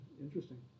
Interesting